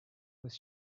was